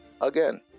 again